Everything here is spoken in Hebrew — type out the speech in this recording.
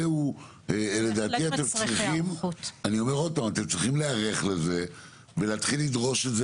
אתם צריכים להיערך להתחיל לדרוש את זה